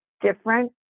different